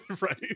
right